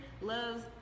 loves